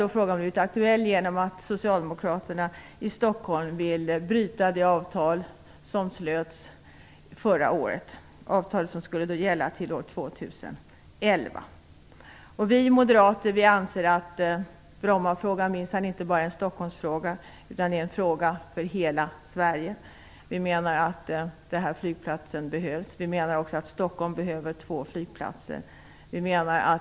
Frågan har blivit aktuell på nytt genom att socialdemokraterna i Stockholm vill bryta det avtal som slöts förra året och som skulle gälla till år 2011. Vi moderater anser att Brommafrågan minsann inte bara är en Stockholmsfråga, utan det är en fråga för hela Sverige. Bromma flygplats behövs. Stockholm behöver två flygplatser.